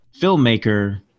filmmaker